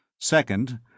Second